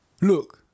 Look